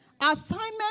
Assignment